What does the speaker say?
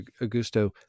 Augusto